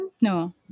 No